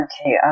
Okay